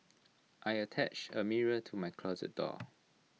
I attached A mirror to my closet door